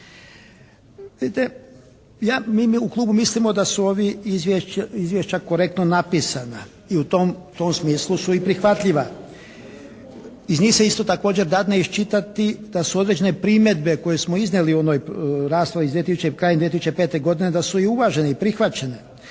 u klubu mislimo da su ovi izvješća korektno napisana i u tom smislu su i prihvatljiva. Iz njih se isto također dadne iščitati da su određene primjene koje smo iznijeli u onoj raspravi krajem 2005. godine da su i uvaženi i prihvaćene.